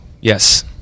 Yes